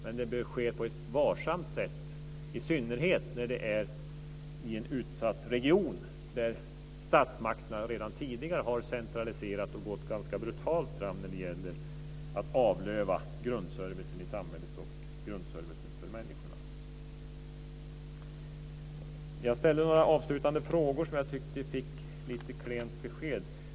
Men det bör ske på ett varsamt sätt, i synnerhet när det är i en utsatt region där statsmakterna redan tidigare har centraliserat och gått ganska brutalt fram med att avlöva grundservicen i samhället och för människorna. Jag ställde några avslutande frågor som jag tyckte att jag fick lite klent besked om.